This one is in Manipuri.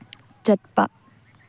ꯆꯠꯄ